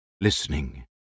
listening